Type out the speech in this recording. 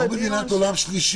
חבר'ה, אנחנו לא מדינת עולם שלישי.